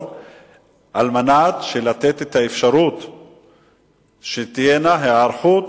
על מנת לתת את האפשרות שתהיה היערכות